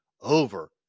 over